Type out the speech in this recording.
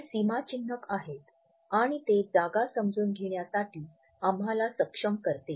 हे सीमा चिन्हक आहेत आणि ते जागा समजून घेण्यासाठी आम्हाला सक्षम करते